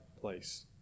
place